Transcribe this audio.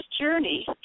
journey